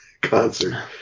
Concert